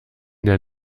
der